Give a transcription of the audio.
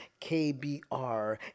KBR